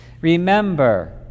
Remember